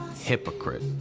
hypocrite